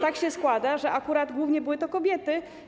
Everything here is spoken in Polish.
Tak się składa, że akurat głównie były to kobiety.